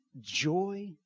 joy